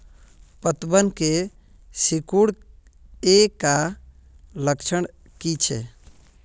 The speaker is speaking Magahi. पतबन के सिकुड़ ऐ का लक्षण कीछै?